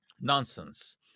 nonsense